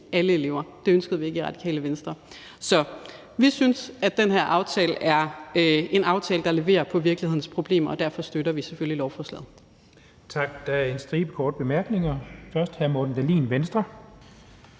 alle elever. Det ønskede vi ikke i Radikale Venstre. Så vi synes, at den her aftale er en aftale, der leverer på virkelighedens problemer, og derfor støtter vi selvfølgelig lovforslaget. Kl. 12:51 Den fg. formand (Jens Henrik Thulesen Dahl): Tak.